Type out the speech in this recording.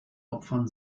opfern